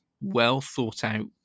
well-thought-out